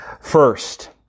First